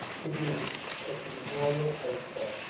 the roofs of the manorial homestead.